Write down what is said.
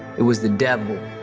it was the devil.